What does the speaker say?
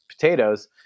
potatoes